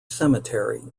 cemetery